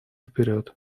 вперед